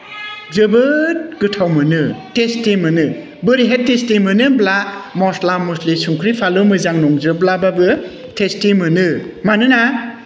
जोबोद गोथाव मोनो टेस्टि मोनो बोरैहाय टेस्टि मोनो होनब्ला मस्ला मस्लि संख्रि फानलु मोजां नंजोबाब्लाबो टेस्टि मोनो मानोना